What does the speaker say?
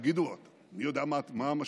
יגידו: מי יודע מה המשמעות?